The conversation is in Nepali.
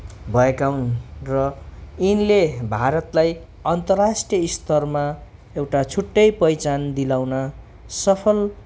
भएका हुन् र यिनले भारतलाई अन्तर्राष्ट्रिय स्तरमा एउटा छुट्टै पहिचान दिलाउन सफल